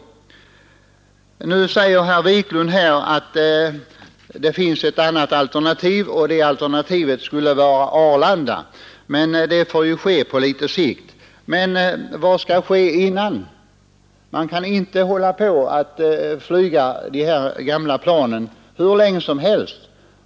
Herr Wiklund i Stockholm säger nu att det skulle finnas ett annat alternativ, nämligen Arlanda. Den frågan får emellertid ses på någon sikt. Men vad skall ske innan det alternativet är realiserat? Man kan inte flyga med de gamla planen, som nu används, hur länge som helst.